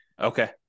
Okay